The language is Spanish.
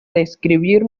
describir